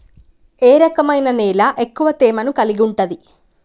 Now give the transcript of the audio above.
ఏ రకమైన నేల ఎక్కువ తేమను కలిగుంటది?